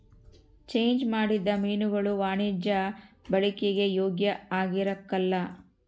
change ಮಾಡಿದ ಮೀನುಗುಳು ವಾಣಿಜ್ಯ ಬಳಿಕೆಗೆ ಯೋಗ್ಯ ಆಗಿರಕಲ್ಲ